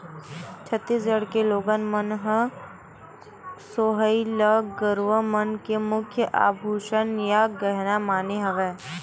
छत्तीसगढ़ के लोगन मन ह सोहई ल गरूवा मन के मुख्य आभूसन या गहना माने हवय